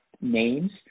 names